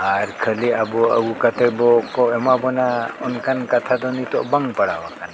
ᱟᱨ ᱠᱷᱟᱹᱞᱤ ᱟᱵᱚ ᱟᱹᱜᱩ ᱠᱟ ᱮᱢᱟᱵᱚᱱᱟ ᱠᱚ ᱮᱢᱟ ᱵᱚᱱᱟ ᱚᱱᱠᱟᱱ ᱠᱟᱛᱷᱟ ᱫᱚ ᱱᱤᱛᱳᱜ ᱵᱟᱝ ᱯᱸᱟᱲᱟᱣ ᱠᱟᱱᱟ ᱵᱟᱝ ᱢᱟᱲᱟᱣ ᱠᱟᱱᱟ